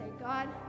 God